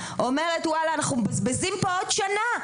אומרת וואלה אנחנו מבזבזים פה עוד שנה,